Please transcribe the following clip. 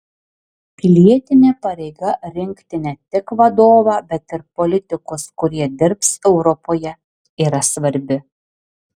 pilietinė pareiga rinkti ne tik vadovą bet ir politikus kurie dirbs europoje yra svarbi